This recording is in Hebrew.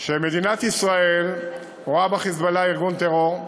מדינת ישראל רואה ב"חיזבאללה" ארגון טרור,